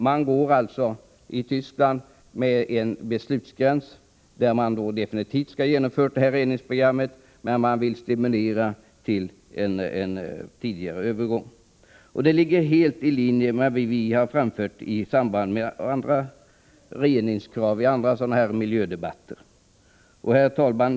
Man har alltså i Västtyskland en beslutsgräns då man definitivt skall ha genomfört reningsprogrammet, men man vill stimulera till en tidigare övergång. Detta ligger helt i linje med vad vi har framfört i samband med reningskrav i andra miljödebatter. Herr talman!